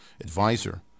advisor